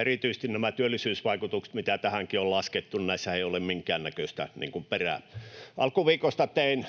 Erityisesti näissä työllisyysvaikutuksissa, mitä tähänkin on laskettu, ei ole minkäännäköistä perää. Alkuviikosta tein